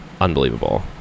Unbelievable